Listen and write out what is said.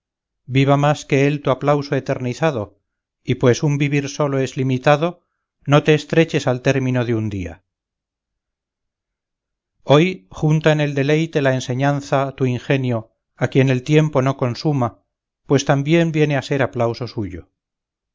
viva más que él tu aplauso eternizado y pues un vivir solo es limitado no te estreches al término de un día hoy junta en el deleite la enseñanza tu ingenio a quien el tiempo no consuma pues también viene a ser aplauso suyo